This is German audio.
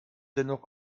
dennoch